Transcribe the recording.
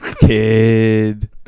Kid